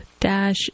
Dash